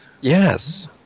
Yes